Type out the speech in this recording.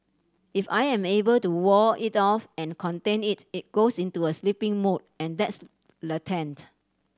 if I am able to wall it off and contain it it goes into a sleeping mode and that's latent